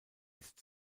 ist